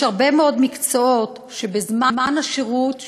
יש הרבה מאוד מקצועות שעוסקים בהם בזמן השירות,